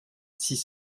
six